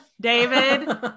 David